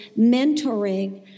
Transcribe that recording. mentoring